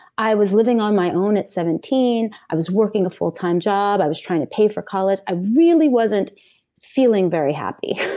i was living on my own at seventeen, i was working a full-time job, i was trying to pay for college. i really wasn't feeling very happy